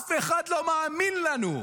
אף אחד לא מאמין לנו.